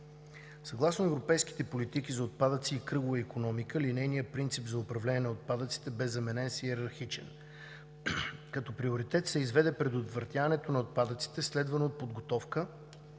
Съгласно европейските политики за отпадъци и кръговата икономика линейният принцип за управление на отпадъците бе заменен с йерархичен. Като приоритет се изведе предотвратяването на отпадъците, следвано от подготовка